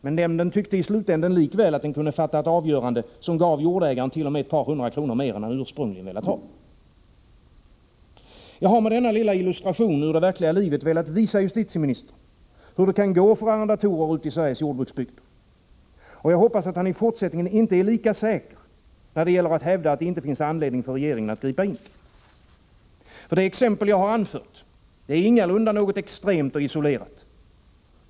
Men nämnden tyckte i slutänden likväl att den kunde fatta ett avgörande som gav jordägaren t.o.m. ett par hundra kronor mer än han ursprungligen velat ha. Jag har med denna lilla illustration ur det verkliga livet velat visa justitieministern hur det kan gå för arrendatorer ute i Sveriges jordbruksbygder. Och jag hoppas att han i fortsättningen inte är lika säker, när det gäller att hävda att det inte finns anledning för regeringen att gripa in. Det exempel jag anfört är ingalunda extremt och isolerat.